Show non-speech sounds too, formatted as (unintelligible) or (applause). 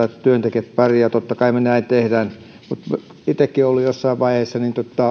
(unintelligible) että vain odotetaan että työntekijät pärjäävät niin totta kai me näin teemme mutta olen itsekin ollut jossain vaiheessa